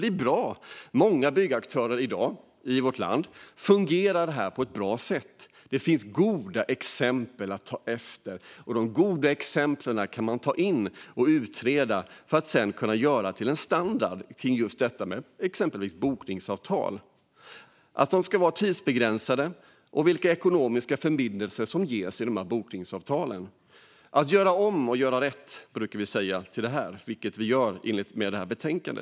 För många byggaktörer i vårt land fungerar det här bra i dag. Det finns goda exempel att utgå från. Man kan utreda dem för att sedan göra dem till standard för exempelvis bokningsavtal. De ska vara tidsbegränsade, och de ekonomiska förbindelserna ska anges i bokningsavtalen. Vi brukar säga: Gör om och gör rätt! Det gör vi också i och med detta betänkande.